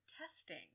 testing